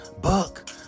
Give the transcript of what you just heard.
buck